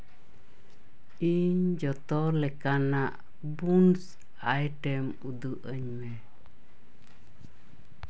ᱤᱧ ᱡᱚᱛᱚ ᱞᱮᱠᱟᱱᱟᱜ ᱵᱩᱱᱥ ᱟᱭᱴᱮᱢ ᱩᱫᱩᱜᱼᱟᱹᱧ ᱢᱮ